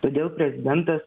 todėl prezidentas